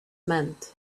meant